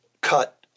cut